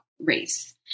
race